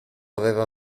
aveva